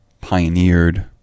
pioneered